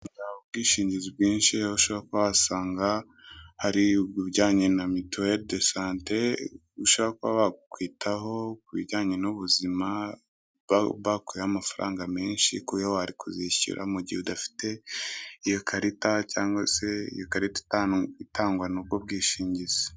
Ubwishingizi bwinshi, aho ushoboira kuba wasanga hari ubujyanye na mituweri dosante, bishobora kuba bakwitaho ku bijyanye n'ubuzima bakuyeho amafaranga menshi kuyo wari kuzishyura mu gihe udafite iyo karita cyangwa se iyo karita itangwa n'ubwo bwinshingizi.